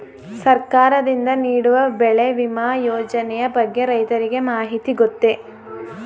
ಸರ್ಕಾರದಿಂದ ನೀಡುವ ಬೆಳೆ ವಿಮಾ ಯೋಜನೆಯ ಬಗ್ಗೆ ರೈತರಿಗೆ ಮಾಹಿತಿ ಗೊತ್ತೇ?